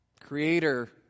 creator